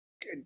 Good